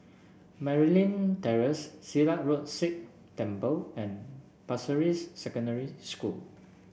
Merryn Terrace Silat Road Sikh Temple and Pasir Ris Secondary School